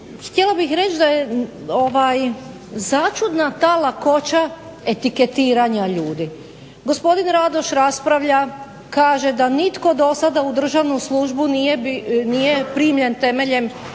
htjela bih reći da je začudna ta lakoća etiketiranja ljudi. Gospodin Radoš raspravlja, kaže da nitko do sada u državnu službu nije primljen kriterija